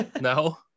No